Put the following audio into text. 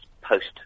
post